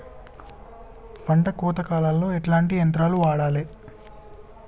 పంట కోత కాలాల్లో ఎట్లాంటి యంత్రాలు వాడాలే?